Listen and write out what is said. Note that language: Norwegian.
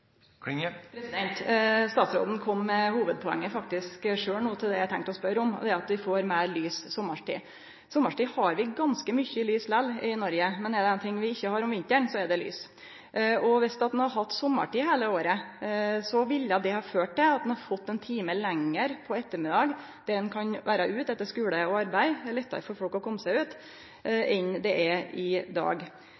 Statsråden kom no faktisk sjølv med hovudpoenget til det eg hadde tenkt å spørje om, dette med at vi får meir lys sommartid. Sommartid har vi likevel ganske mykje lys i Noreg, men er det ein ting vi ikkje har om vinteren, er det lys. Viss ein hadde hatt sommartid heile året, ville det ha ført til at ein hadde fått ein time meir om ettermiddagen då ein kunne ha vore ute etter skule og arbeid, at det blir lettare for folk å kome seg ut